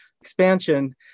expansion